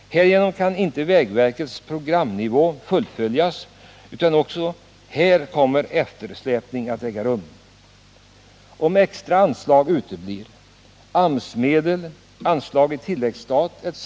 Härigenom kan inte vägverkets programnivå fullföljas, utan också här kommer en eftersläpning att äga rum. Om extra anslag uteblir — AMS-medel, anslag i tilläggsstat etc.